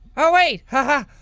oh wait. ha ha,